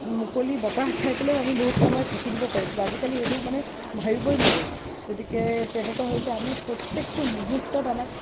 মুকলি বতাহ খাই পেলায়ো আমি বহুত সময় থাকি দিব পাৰিছিলোঁ আজিকালি সেইটো মানে ভাৱিবই নোৱাৰি গতিকে তেনেকুৱা হৈছে আমি প্ৰত্যেকটো মুহূৰ্তত আমাক